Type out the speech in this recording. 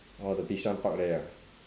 orh the bishan park there ah